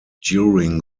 during